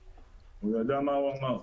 הוא ידע מה הוא אמר.